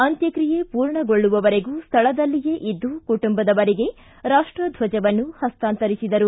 ಅಂತ್ಯಕ್ರಿಯೆ ಪೂರ್ಣಗೊಳ್ಳುವವರೆಗೂ ಸ್ಥಳದಲ್ಲಿಯೇ ಇದ್ದು ಕುಟುಂಬದವರಿಗೆ ರಾಷ್ಟದ್ವಜವನ್ನು ಪಸ್ತಾಂತರಿಸಿದರು